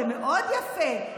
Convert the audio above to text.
זה מאוד יפה.